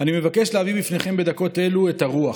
אני מבקש להביא בפניכם בדקות אלו את הרוח,